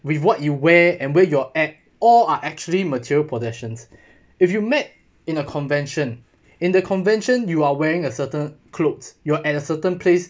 with what you wear and where you're at all are actually material possessions if you met in a convention in the convention you are wearing a certain clothes you're at a certain place